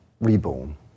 reborn